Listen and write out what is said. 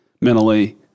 mentally